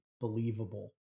believable